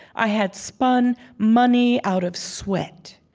i had spun money out of sweat.